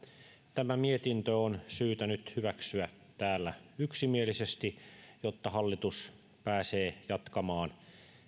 tämä mietintö on syytä nyt hyväksyä täällä yksimielisesti jotta hallitus pääsee jatkamaan